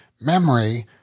memory